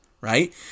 right